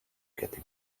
get